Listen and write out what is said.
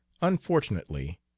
unfortunately